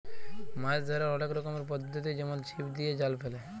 মাছ ধ্যরার অলেক রকমের পদ্ধতি যেমল ছিপ দিয়ে, জাল ফেলে